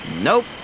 Nope